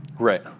Right